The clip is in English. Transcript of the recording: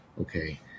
Okay